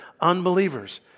unbelievers